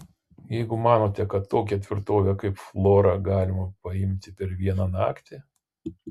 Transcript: jeigu manote kad tokią tvirtovę kaip flora galima paimti per vieną naktį